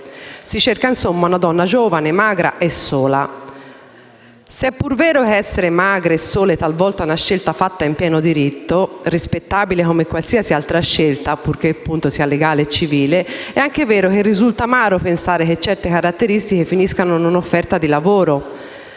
Si cerca, insomma, una donna giovane, magra e sola. Se è pur vero che essere magre e sole talvolta è una scelta fatta in pieno diritto, rispettabile come qualsiasi altra scelta (purché appunto sia legale e civile), è anche vero che risulta amaro che certe caratteristiche finiscano in una offerta di lavoro.